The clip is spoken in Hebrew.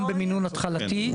גם במינון התחלתי,